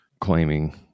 claiming